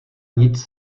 nic